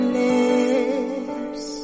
lips